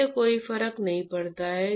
इससे कोई फर्क नहीं पड़ता हैं